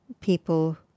People